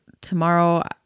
tomorrow